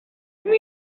music